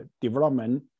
development